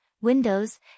Windows